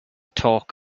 talk